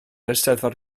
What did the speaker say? eisteddfod